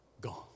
gone